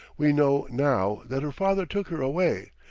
we know now that her father took her away,